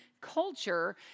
culture